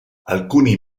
alcuni